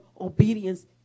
obedience